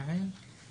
יעל, בבקשה.